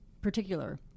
particular